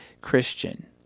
Christian